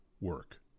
work